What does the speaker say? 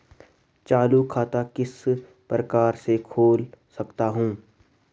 चालू खाता किस प्रकार से खोल सकता हूँ?